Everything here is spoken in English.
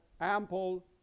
ample